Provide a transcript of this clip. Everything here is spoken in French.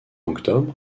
octobre